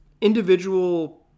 individual